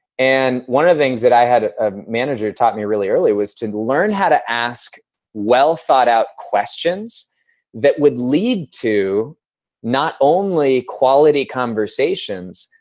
and one of the things that i had ah manager taught me really early was to learn how to ask well thought-out questions that would lead to not only quality conversations,